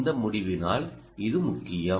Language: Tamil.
இந்த முடிவினால் இது முக்கியம்